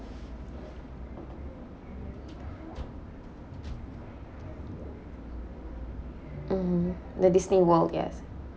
mm the Disney world yes